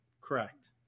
Correct